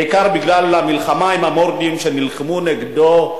בעיקר בגלל המלחמה עם המורדים שנלחמו נגדו,